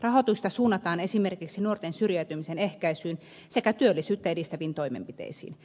rahoitusta suunnataan esimerkiksi nuorten syrjäytymisen ehkäisyyn sekä työllisyyttä edistäviin toimenpiteisiin